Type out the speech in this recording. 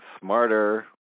Smarter